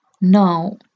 Now